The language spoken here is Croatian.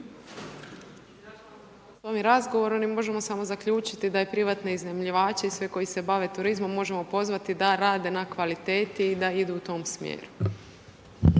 se./... razgovorom mi možemo samo zaključiti da privatni iznajmljivači i sve koji se bave turizmom možemo pozvati da rade na kvaliteti i da idu u tom smjeru.